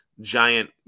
giant